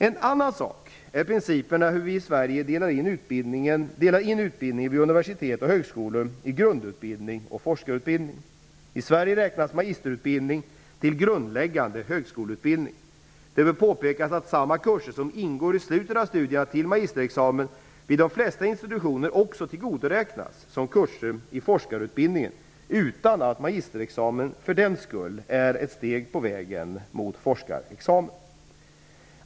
En annan sak är principerna för hur vi i Sverige delar in utbildningen vid universitet och högskolor i grundutbildning och forskarutbildning. I Sverige räknas magisterutbildningen till grundläggande högskoleutbildning. Det bör påpekas att samma kurser som ingår i slutet av studierna till magisterexamen vid de flesta institutioner också tillgodoräknas som kurser i forskarutbildningen utan att magisterexamen för den skull är ett steg på vägen mot forskarexamen.